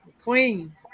Queen